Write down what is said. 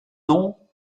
noms